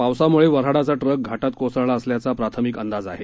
पावसामुळे वऱ्हाडाचा टक घाटात कोसळला असल्याचा प्राथमिक अंदाज आहे